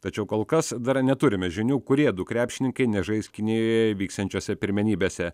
tačiau kol kas dar neturime žinių kurie du krepšininkai nežais kinijoje vyksiančiose pirmenybėse